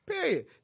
period